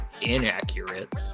inaccurate